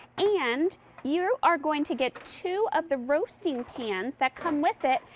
and you are going to get two of the roasting pans that come with it.